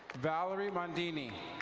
valerie mandini.